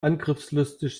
angriffslustig